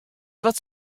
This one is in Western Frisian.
wat